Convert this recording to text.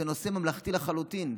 זה נושא ממלכתי לחלוטין.